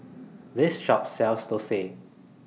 This Shop sells Thosai